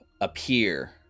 appear